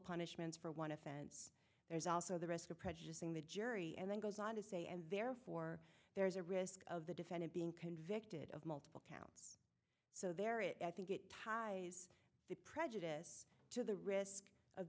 punishments for one offense there's also the risk of prejudicing the jury and then goes on to say and therefore there is a risk of the defendant being convicted of multiple counts so there it i think it ties the prejudice to the risk of